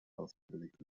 ausführlich